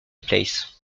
place